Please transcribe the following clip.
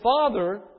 Father